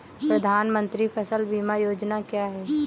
प्रधानमंत्री फसल बीमा योजना क्या है?